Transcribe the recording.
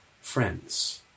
friends